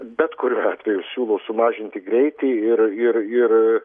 bet kur atveju siūlau sumažinti greitį ir ir ir